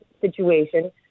situation